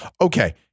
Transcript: Okay